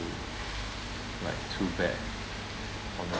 like too bad on yourself